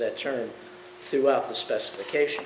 that term throughout the specification